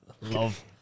love